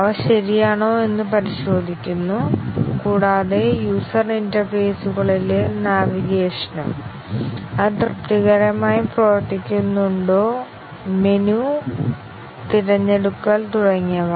അവ ശരിയാണോ എന്ന് പരിശോധിക്കുന്നു കൂടാതെ യൂസർ ഇന്റർഫേസുകളിലെ നാവിഗേഷനും അത് തൃപ്തികരമായി പ്രവർത്തിക്കുന്നുണ്ടോ മെനു തിരഞ്ഞെടുക്കൽ തുടങ്ങിയവ